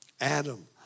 Adam